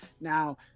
now